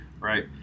Right